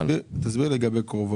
תסביר לי לגבי "קרובו".